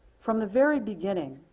from the very beginning,